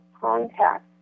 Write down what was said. contact